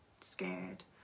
scared